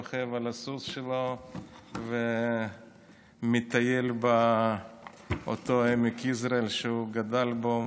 הוא רוכב על הסוס שלו ומטייל באותו עמק יזרעאל שהוא גדל בו,